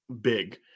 big